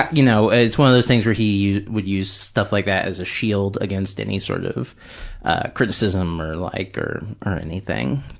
you know, it's one of those things where he would use stuff like that as a shield against any sort of criticism or like or or anything.